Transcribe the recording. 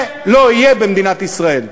זה לא יהיה במדינת ישראל.